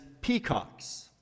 peacocks